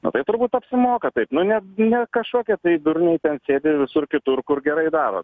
na tai turbūt apsimoka taip nu ne ne kažkokie durniai ten sėdi visur kitur kur gerai daro